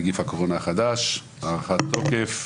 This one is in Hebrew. נגיף הקורונה החדש) (תיקון) (הארכת תוקף),